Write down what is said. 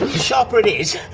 sharper it is.